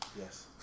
Yes